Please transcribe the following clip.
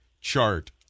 chart